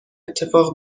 اتفاق